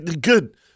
good